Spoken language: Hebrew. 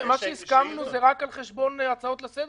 מה שהסכמנו זה רק על חשבון הצעות לסדר.